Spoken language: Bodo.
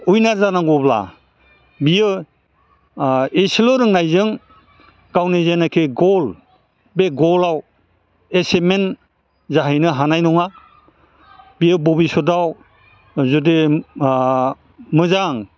उइनार जानांगौब्ला बियो इसेल' रोंनायजों गावनि जेनोखि गल बे गलआव एसिभमेन्ट जाहैनो हानाय नङा बियो बबिसतआव जुदि मोजां